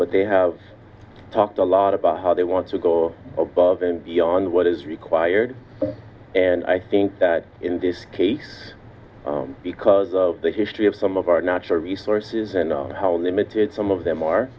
but they have talked a lot about how they want to go above and beyond what is required and i think that in this case because of the history of some of our natural resources and how limited some of them are